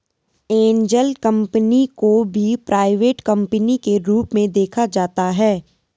angel company को भी private company के रूप में देखा जाता है